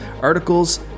articles